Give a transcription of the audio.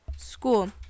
School